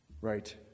right